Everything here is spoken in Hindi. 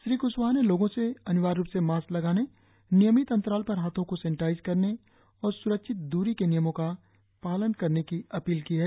श्री क्शवाहा ने लोगो से अनिवार्य रुप से मास्क लगाने नियमित अंतराल पर हाथों को सेनेटाइज करने और स्रक्षित दूरी के नियमों का पालन करने की अपील की है